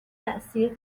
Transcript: تاثیر